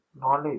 knowledge